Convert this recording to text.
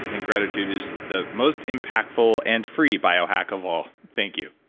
and gratitude is the most impactful and free biohack of all. thank you